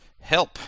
help